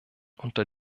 unter